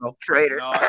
Traitor